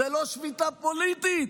זאת לא שביתה פוליטית,